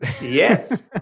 Yes